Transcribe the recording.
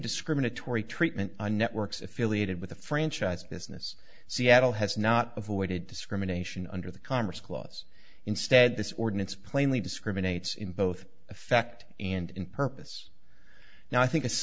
discriminatory treatment on networks affiliated with the franchise business seattle has not avoided discrimination under the commerce clause instead this ordinance plainly discriminates in both effect and in purpose now i think it's